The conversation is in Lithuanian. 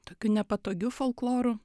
tokiu nepatogiu folkloru